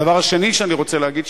הדבר השני שאני רוצה להגיד,